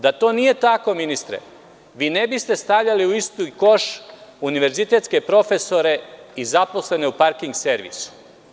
Da to nije tako, ministre, vi ne biste stavljali u isti koš univerzitetske profesore i zaposlene u „Parking servisu“